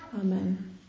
Amen